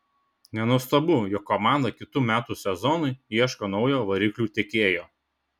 nenuostabu jog komanda kitų metų sezonui ieško naujo variklių tiekėjo